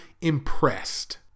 impressed